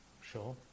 Sure